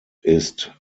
ist